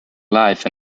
life